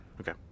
Okay